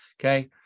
Okay